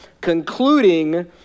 concluding